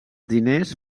diners